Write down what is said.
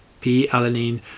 P-alanine